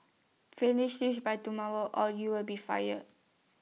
finish this by tomorrow or you'll be fired